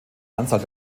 anzahl